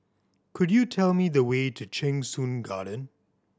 could you tell me the way to Cheng Soon Garden